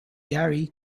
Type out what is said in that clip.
gary